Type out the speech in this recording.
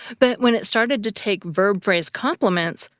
but when it started to take verb phrase complements,